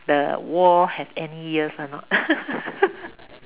the wall have any ears or not